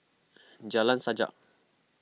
Jalan Sajak